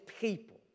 people